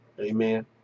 Amen